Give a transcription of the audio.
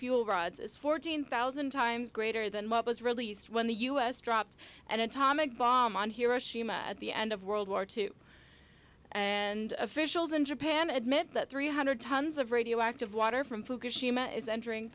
fuel rods is fourteen thousand times greater than mup was released when the u s dropped an atomic bomb on hiroshima at the end of world war two and officials in japan admit that three hundred tons of radioactive water from fukushima is entering